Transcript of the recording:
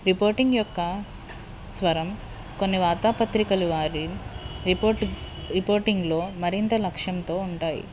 reporting యొక్క స్వరం కొన్ని వార్తాపత్రికలు వారి రిపోర్ట్ రిపోర్టింగ్లో మరింత లక్ష్యంతో ఉంటాయి